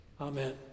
Amen